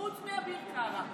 חוץ מאביר קארה,